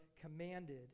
commanded